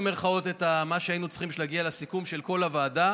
במירכאות את מה שהיינו צריכים בשביל להגיע לסיכום של כל הוועדה,